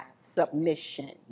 submission